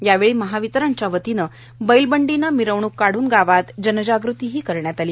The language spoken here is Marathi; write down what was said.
यावेळी महावितरणच्या वतीने बैलबंडीने मिरवणूक काढून गावात जनजाग़ती करण्यात आली